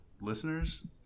listeners